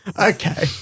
okay